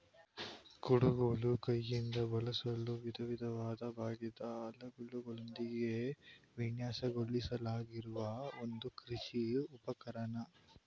ಕುಡುಗೋಲು ಕೈಯಿಂದ ಬಳಸಲು ವಿಧವಿಧವಾದ ಬಾಗಿದ ಅಲಗುಗಳೊಂದಿಗೆ ವಿನ್ಯಾಸಗೊಳಿಸಲಾಗಿರುವ ಒಂದು ಕೃಷಿ ಉಪಕರಣ